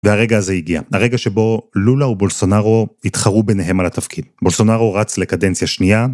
והרגע הזה הגיע. הרגע שבו לולה ובולסונרו יתחרו ביניהם על התפקיד. בולסונרו רץ לקדנציה שנייה.